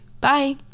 Bye